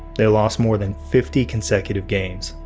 they lost more than fifty consecutive games.